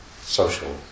social